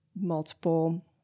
multiple